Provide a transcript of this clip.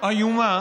איומה